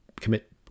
commit